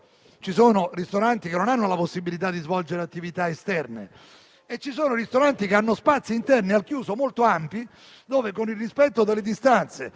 Ci sono ristoranti che non hanno la possibilità di svolgere attività esterne e ci sono ristoranti che hanno spazi interni al chiuso molto ampi, dove, con il rispetto delle distanze